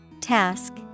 Task